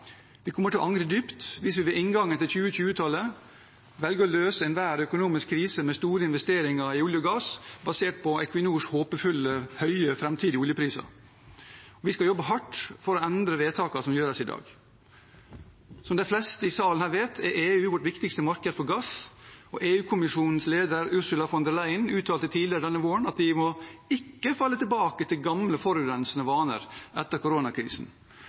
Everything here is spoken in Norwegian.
Vi kommer til å angre dypt hvis vi ved inngangen til 2020-tallet velger å løse enhver økonomisk krise med store investeringer i olje og gass, basert på Equinors håpefulle, høye framtidige oljepriser. Vi skal jobbe hardt for å endre vedtakene som gjøres i dag. Som de fleste i salen her vet, er EU vårt viktigste marked for gass. EU-kommisjonens leder, Ursula von der Leyen, uttalte tidligere denne våren at vi ikke må falle tilbake til gamle, forurensende vaner etter koronakrisen.